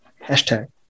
hashtag